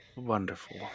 wonderful